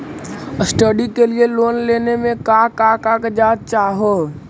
Study के लिये loan लेने मे का क्या कागजात चहोये?